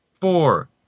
four